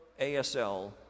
ASL